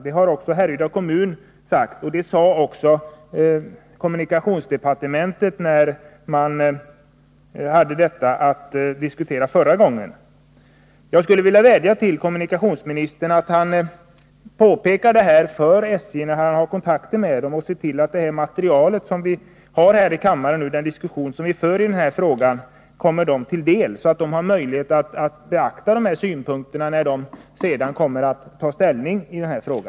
Detsamma har Härryda kommun uttalat, och det sade också kommunika tionsdepartementet när man hade att diskutera detta förra gången. Jag skulle vilja vädja till kommunikationsministern att han påpekar detta för SJ och ser till att det material vi har föredragit här i kammaren och den diskussion vi fört kommer SJ till del, så att man får möjlighet att beakta dessa synpunkter när SJ senare tar ställning i denna fråga.